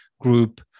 group